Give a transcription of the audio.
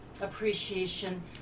appreciation